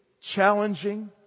challenging